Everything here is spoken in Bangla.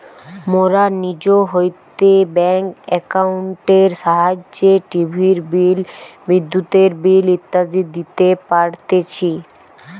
মোরা নিজ হইতে ব্যাঙ্ক একাউন্টের সাহায্যে টিভির বিল, বিদ্যুতের বিল ইত্যাদি দিতে পারতেছি